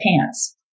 pants